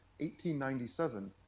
1897